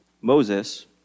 Moses